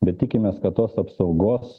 bet tikimės kad tos apsaugos